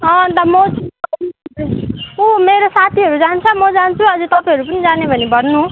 अन्त म ऊ मेरो साथीहरू जान्छ म जान्छु अनि तपाईँहरू पनि जाने भने भन्नु